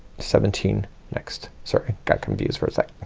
seventeen next. sorry got confused for a